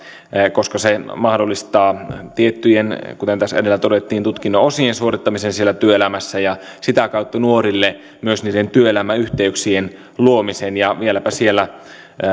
koska se mahdollistaa tiettyjen kuten tässä edellä todettiin tutkinnon osien suorittamisen työelämässä ja sitä kautta nuorille myös niiden työelämäyhteyksien luomisen ja vieläpä siellä